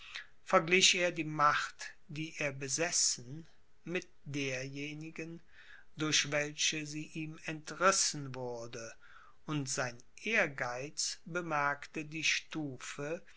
verglich er die macht die er besessen mit derjenigen durch welche sie ihm entrissen wurde und sein ehrgeiz bemerkte die stufe